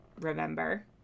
remember